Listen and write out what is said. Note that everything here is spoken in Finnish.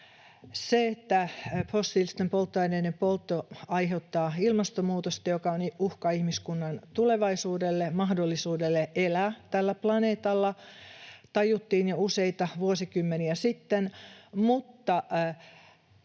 Se, että fossiilisten polttoaineiden poltto aiheuttaa ilmastonmuutosta, joka on uhka ihmiskunnan tulevaisuudelle ja mahdollisuudelle elää tällä planeetalla, tajuttiin jo useita vuosikymmeniä sitten,